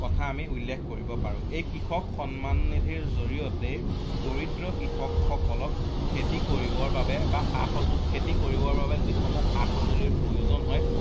কথা আমি উল্লেখ কৰিব পাৰোঁ এই কৃষক সন্মান নিধিৰ জৰিয়তে দৰিদ্ৰ কৃষকসকলক খেতি কৰিবৰ বাবে বা সা সজু খেতি কৰিবৰ বাবে যিসমূহ সা সঁজুলিৰ প্ৰয়োজন হয়